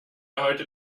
heute